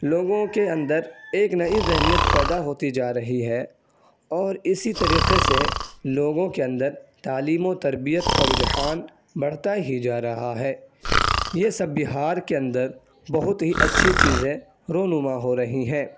لوگوں کے اندر ایک نئی ذہنیت پیدا ہوتی جا رہی ہے اور اسی طریقے سے لوگوں کے اندر تعلیم و تربیت کا رجحان بڑھتا ہی جا رہا ہے یہ سب بہار کے اندر بہت ہی اچھی چیزیں رونما ہو رہی ہیں